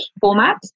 format